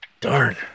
darn